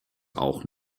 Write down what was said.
auch